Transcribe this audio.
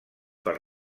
per